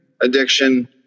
addiction